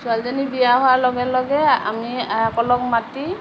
ছোৱালীজনী বিয়া হোৱাৰ লগে লগে আমি আইসকলক মাতি